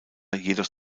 jedoch